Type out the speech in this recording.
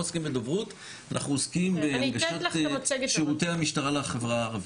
אנחנו עוסקים בהנגשת שירותי המשטרה לחברה הערבית.